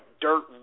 dirt